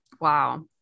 wow